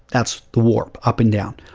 thatis the warp, up and down.